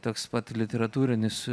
toks pat literatūrinis